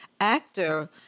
actor